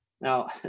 Now